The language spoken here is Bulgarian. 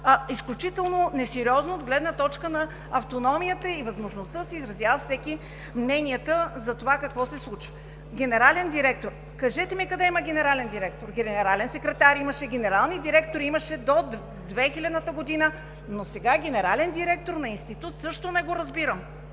е изключително несериозно от гледна точка на автономията и възможността да изразява всеки мнението си за това какво се случва. Генерален директор?! Кажете ми къде има генерален директор? Генерален секретар имаше, генерални директори имаше до 2000 г., но сега генерален директор на институт – също не го разбирам!